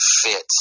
fit –